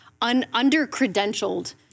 under-credentialed